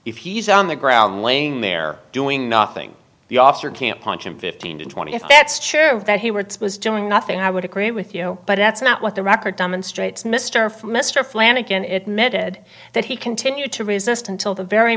if he's on the ground laying there doing nothing the officer can't punch him fifteen twenty if that's sure that he were was doing nothing i would agree with you but it's not what the record demonstrates mr for mr flanagan it meant ed that he continued to resist until the very